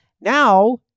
Now